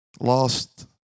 lost